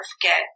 forget